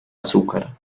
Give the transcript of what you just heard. azúcar